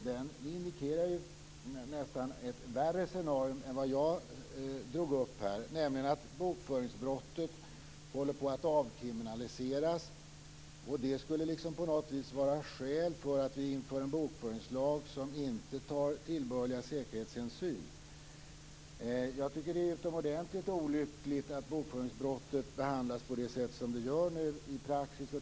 Han indikerar nästan ett värre scenario än vad jag drog upp, nämligen att bokföringsbrottet håller på att avkriminaliseras. Och det skulle på något vis vara skäl för att införa en bokföringslag som inte tar tillbörliga säkerhetshänsyn. Jag tycker att det är utomordentligt olyckligt att bokföringsbrottet behandlas på det sätt som nu görs i praxis.